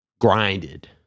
Grinded